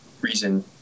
reason